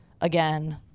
again